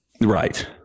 right